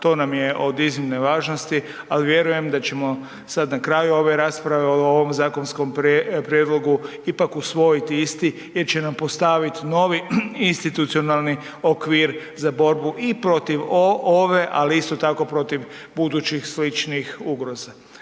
to nam je od iznimne važnosti, ali vjerujem da ćemo sada na kraju ove rasprave o ovom zakonskom prijedlogu ipak usvojiti isti jer će nam postaviti novi institucionalni okvir za borbu i protiv ove, ali isto tako protiv budućih sličnih ugroza.